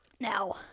Now